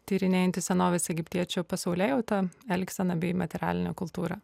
tyrinėjanti senovės egiptiečių pasaulėjautą elgseną bei materialinę kultūrą